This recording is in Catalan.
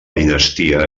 dinastia